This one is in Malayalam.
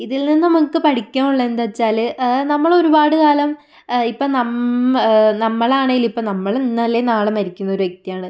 ഇതിൽ നിന്ന് നമുക്ക് പഠിക്കാൻ ഉള്ള എന്താച്ചാൽ നമ്മൾ ഒരുപാട് കാലം ഇപ്പം നമ്മ് നമ്മൾ ആണെങ്കിൽ ഇപ്പം നമ്മൾ ഇന്ന് അല്ലേ നാളെ മരിക്കുന്ന ഒരു വ്യക്തിയാണ്